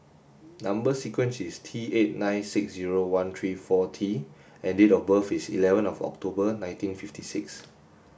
number sequence is T eight nine six zero one three four T and date of birth is eleven of October nineteen fifty six